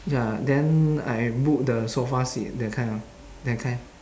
ya then I book the sofa sit that kind ah that kind